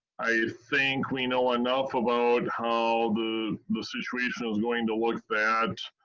i think we know enough about how the the situation's going to look that